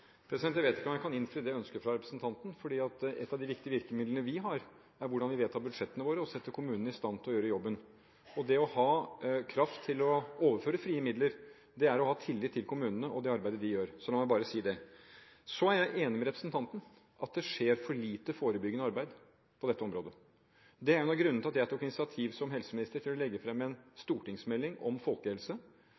Jeg vet ikke om jeg kan innfri det ønsket fra representanten, for et av de viktige virkemidlene vi har, er hvordan vi vedtar budsjettene våre og setter kommunene i stand til å gjøre jobben. Det å ha kraft til å overføre frie midler er å ha tillit til kommunene og det arbeidet de gjør. La meg bare si det. Så er jeg enig med representanten i at det skjer for lite forebyggende arbeid på dette området. Det er en av grunnene til at jeg som helseminister tok initiativ til å legge fram en